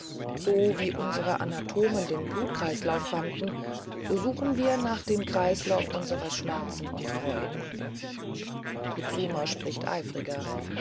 so wie unsere anatomen den blutkreislauf fanden so suchen wir nach dem kreislauf unserer schmerzen und freuden kutsuma spricht eifriger